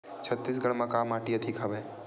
छत्तीसगढ़ म का माटी अधिक हवे?